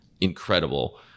Incredible